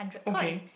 okay